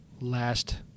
last